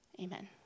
amen